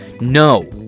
No